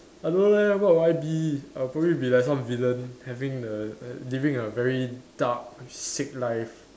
I don't know leh what would I be I would probably be like some villain having a err living a very dark sick life